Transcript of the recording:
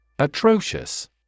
Atrocious